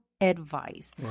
advice